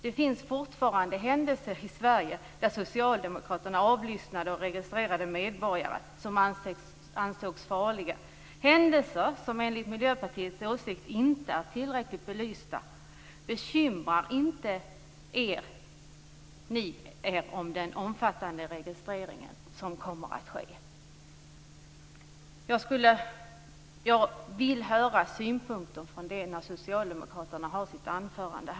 Det finns händelser i Sverige som enligt Miljöpartiets åsikt fortfarande inte är tillräckligt belysta och som handlar om att socialdemokraterna avlyssnat och registrerat medborgare som ansetts farliga. Bekymrar ni er inte om den omfattande registrering som kommer att ske? Jag vill få synpunkter på detta i anförandet från socialdemokraternas representant.